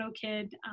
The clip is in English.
kid